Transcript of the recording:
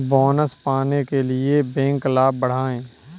bonus पाने के लिए बैंक लाभ बढ़ाएं